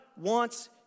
wants